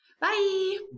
bye